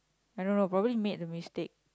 I don't know probably made a mistake